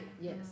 Yes